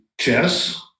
chess